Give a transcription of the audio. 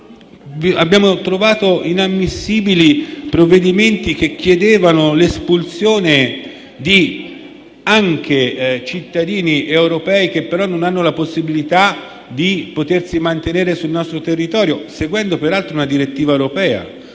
dichiarati inammissibili emendamenti che chiedevano l'espulsione anche di cittadini europei che non hanno la possibilità di mantenersi sul nostro territorio, seguendo peraltro una direttiva europea,